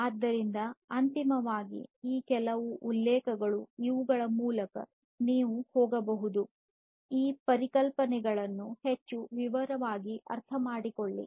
ಆದ್ದರಿಂದ ಅಂತಿಮವಾಗಿ ಈ ಕೆಲವು ಉಲ್ಲೇಖಗಳು ಇವುಗಳ ಮೂಲಕ ಈ ಪರಿಕಲ್ಪನೆಗಳನ್ನು ನೀವು ಹೆಚ್ಚು ವಿವರವಾಗಿ ಅರ್ಥಮಾಡಿಕೊಳ್ಳಿ